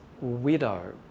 widow